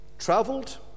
traveled